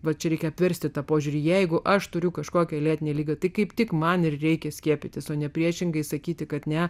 va čia reikia apversti tą požiūrį jeigu aš turiu kažkokią lėtinę ligą tai kaip tik man ir reikia skiepytis o ne priešingai sakyti kad ne